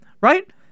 right